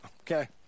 okay